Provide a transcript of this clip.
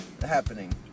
happening